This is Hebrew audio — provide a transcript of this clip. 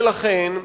ולכן,